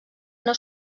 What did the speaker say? una